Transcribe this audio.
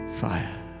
fire